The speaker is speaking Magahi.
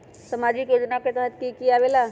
समाजिक योजना के तहद कि की आवे ला?